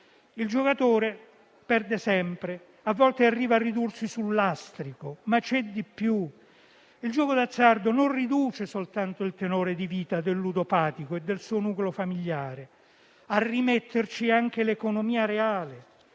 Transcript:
Il giocatore perde sempre, a volte arriva a ridursi sul lastrico; ma c'è di più: il gioco d'azzardo non riduce soltanto il tenore di vita del ludopatico e del suo nucleo familiare; a rimetterci è anche l'economia reale